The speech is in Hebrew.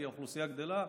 כי האוכלוסייה גדלה,